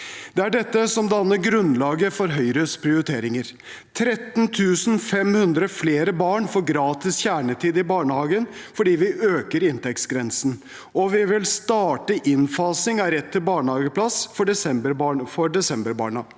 danner grunnlaget for Høyres prioriteringer. 13 500 flere barn får gratis kjernetid i barnehagen fordi vi øker inntektsgrensen, og vi vil starte innfasing av rett til barnehageplass for desemberbarna.